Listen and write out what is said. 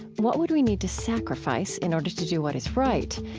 what would we need to sacrifice in order to do what is right?